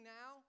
now